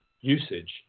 usage